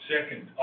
Second